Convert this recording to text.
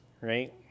right